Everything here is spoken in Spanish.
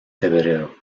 febrero